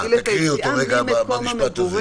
תקריאי אותו רגע במשפט הזה.